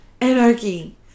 Anarchy